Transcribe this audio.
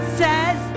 says